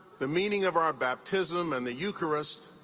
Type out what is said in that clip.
the meaning of our baptism and the eucharist,